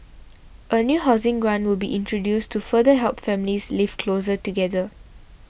a new housing grant will be introduced to further help families live closer together